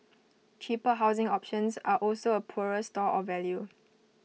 cheaper housing options are also A poorer store of value